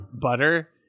Butter